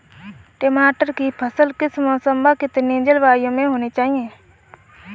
टमाटर की फसल किस मौसम व कितनी जलवायु में होनी चाहिए?